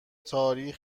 تاریخ